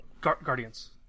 Guardians